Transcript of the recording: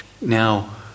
now